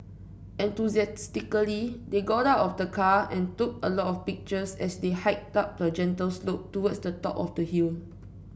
enthusiastically they got out of the car and took a lot of pictures as they hiked up a gentle slope towards the top of the hill